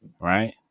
right